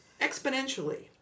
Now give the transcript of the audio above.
exponentially